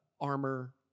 armor